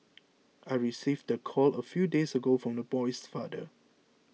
I received the call a few days ago from the boy's father